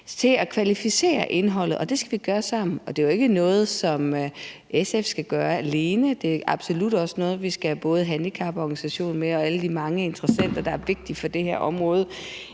netop kvalificere indholdet, og det skal vi gøre sammen. Det er ikke noget, SF skal gøre alene, det er noget, hvor vi absolut også skal have både handicaporganisationerne og de mange interessenter, der er vigtige for det her område,